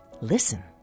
Listen